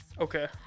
Okay